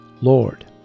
Lord